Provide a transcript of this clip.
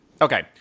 Okay